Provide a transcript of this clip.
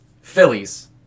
Phillies